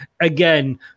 again